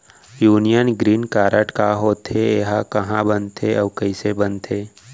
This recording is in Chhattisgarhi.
यूनियन ग्रीन कारड का होथे, एहा कहाँ बनथे अऊ कइसे बनथे?